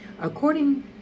According